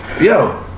yo